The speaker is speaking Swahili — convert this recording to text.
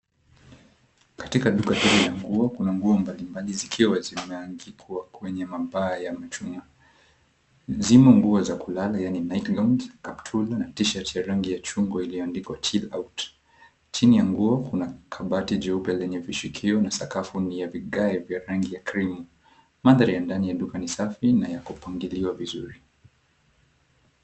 Katika duka hili la nguo kuna nguo mbalimbali zikiwa zimeangikwa kwenye ma bar ya machuma. Zimo nguo za kulala yaani night gowns kaptura na t-shirt ya 𝑟angi ya chungwa iliyoandikwa [𝑐𝑠]CHILL 𝑂𝑈𝑇 [𝑐𝑠]. Chini ya nguo kuna kabati jeupe lenye vishikio na sakafu ni ya vigae vya rangi ya cream . Mandhari ya ndani ya duka ni safi na ya kupangiliwa vizuri.